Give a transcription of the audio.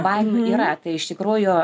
baimių yra tai iš tikrųjų